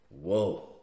Whoa